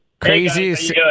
Craziest